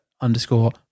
underscore